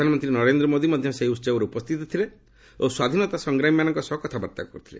ପ୍ରଧାନମନ୍ତ୍ରୀ ନରେନ୍ଦ୍ର ମୋଦି ମଧ୍ୟ ସେହି ଉତ୍ସବରେ ଉପସ୍ଥିତ ଥିଲେ ଓ ସ୍ୱାଧୀନତା ସଂଗ୍ରାମୀମାନଙ୍କ ସହ କଥାବାର୍ତ୍ତା କରିଥିଲେ